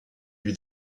lui